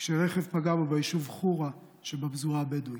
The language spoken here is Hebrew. כשרכב פגע בו ביישוב חורה שבפזורה הבדואית.